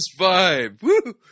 vibe